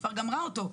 כבר גמרה אותו,